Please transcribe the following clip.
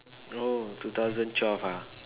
oh two thousand twelve ah